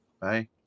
Bye